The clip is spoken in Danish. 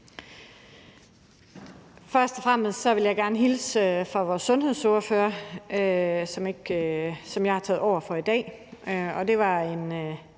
Først og fremmest vil jeg gerne hilse fra vores sundhedsordfører, som jeg har taget over for i dag.